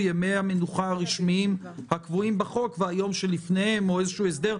"ימי המנוחה הרשמיים הקבועים בחוק והיום שלפניהם" או איזה הסדר?